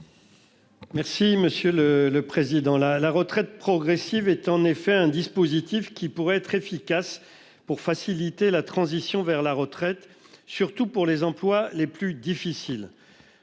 Breuiller, sur l'article. La retraite progressive est un dispositif qui pourrait être efficace pour faciliter la transition vers la retraite, surtout pour les emplois les plus difficiles,